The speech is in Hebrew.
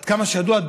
עד כמה שידוע,